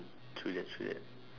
true that true that